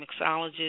mixologist